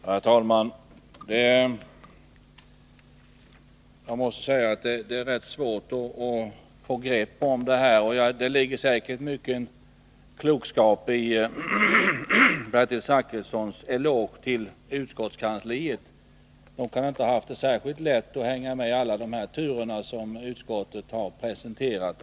Herr talman! Jag måste säga att det är svårt att få grepp om det här. Det ligger säkert mycken klokskap i Bertil Zachrissons eloge till utskottskansliet. Det kan inte ha varit särskilt lätt att hänga med i alla de turer som utskottet har presenterat.